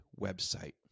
website